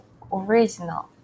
original